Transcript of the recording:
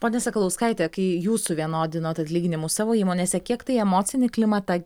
ponia sakalauskaite kai jūs suvienodinot atlyginimus savo įmonėse kiek tai emocinį klimatą